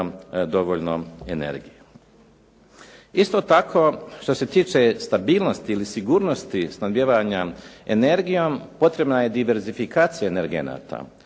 dovoljno energije. Isto tako, što se tiče stabilnosti ili sigurnosti snabdijevanja energijom potrebna je diverzifikacija energenata